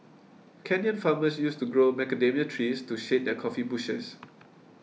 Kenyan farmers used to grow macadamia trees to shade their coffee bushes